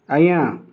ଆଜ୍ଞା